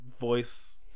voice